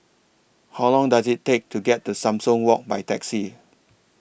How Long Does IT Take to get to Sumang Walk By Taxi